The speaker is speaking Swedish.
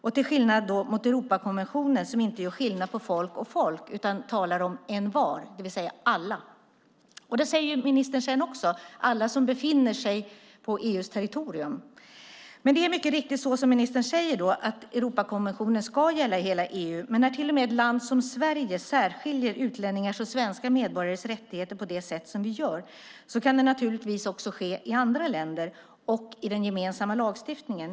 Detta skiljer sig från Europakonventionen, som inte gör skillnad på folk och folk utan talar om "envar" - det vill säga alla. Ministern säger också detta sedan, alla som befinner sig på EU:s territorium. Det är dock mycket riktigt så som ministern säger: Europakonventionen ska gälla i hela EU. Men när till och med ett land som Sverige särskiljer utlänningars och svenska medborgares rättigheter på det sätt vi gör kan det naturligtvis också ske i andra länder och i den gemensamma lagstiftningen.